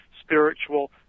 spiritual